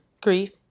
grief